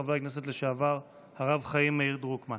חבר הכנסת לשעבר הרב חיים מאיר דרוקמן.